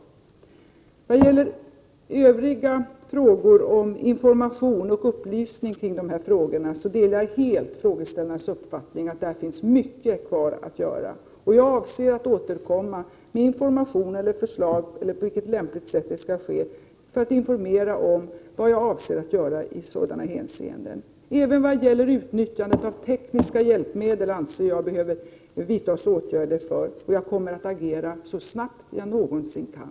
När det gäller övriga frågor om information och upplysning kring dessa frågor delar jag helt frågeställarnas uppfattning, att där finns mycket kvar att göra. Jag avser att återkomma med information eller förslag till på vilket sätt information skall ske. Jag kommer att informera om vad jag avser att göra i sådana hänseenden. Även vad gäller utnyttjandet av tekniska hjälpmedel anser jag att det behöver vidtas åtgärder. Jag kommer att agera så snabbt jag någonsin kan.